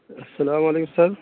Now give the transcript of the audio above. السلام علیکم سر